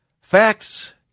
Facts